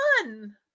fun